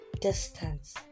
distance